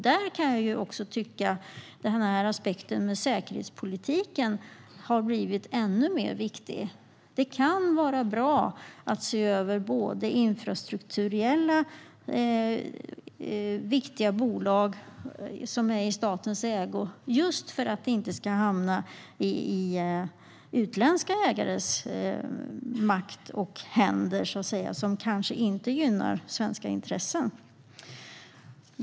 Jag kan också tycka att den säkerhetspolitiska aspekten har blivit ännu mer viktig. Det kan vara bra att se över infrastrukturellt viktiga bolag som är i statens ägo just för att de inte ska hamna i utländska ägares makt och händer, så att säga, som kanske inte gynnar svenska intressen.